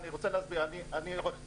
אני עורך דין,